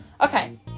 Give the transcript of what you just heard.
Okay